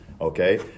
Okay